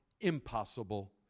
impossible